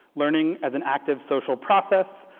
learning as an active social process,